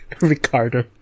Ricardo